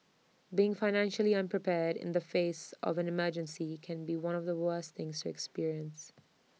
being financially unprepared in the face of an emergency can be one of the worst things to experience